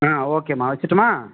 ஓகேமா வைத்து வச்சுட்டுமா